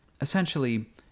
Essentially